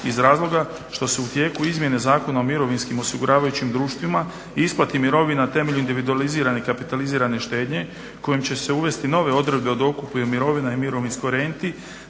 iz razloga što su u tijeku izmjene Zakona o mirovinskim osiguravajućim društvima, isplati mirovina temeljem individualizirane, kapitalizirane štednje kojom će se uvesti nove odredbe o dokupu mirovina i mirovinskoj renti